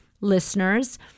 listeners